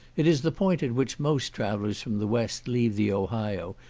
it is the point at which most travellers from the west leave the ohio,